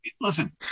Listen